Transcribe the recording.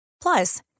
Plus